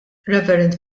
rev